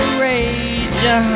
rage